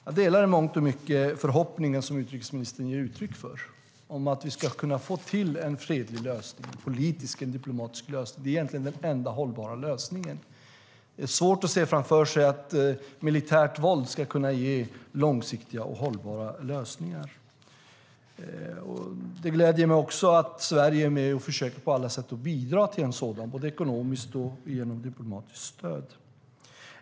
Jag delar i mångt och mycket den förhoppning som utrikesministern ger uttryck för om att vi ska kunna få till en fredlig, politisk och diplomatisk lösning. Det är egentligen den enda hållbara lösningen. Det är svårt att se framför sig att militärt våld ska kunna ge långsiktiga och hållbara lösningar. Det gläder mig också att Sverige är med och på alla sätt försöker bidra till en fredlig lösning genom både ekonomiskt och diplomatiskt stöd.